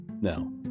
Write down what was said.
Now